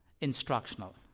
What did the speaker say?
Instructional